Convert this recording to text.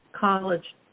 college